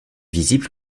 visible